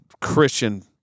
Christian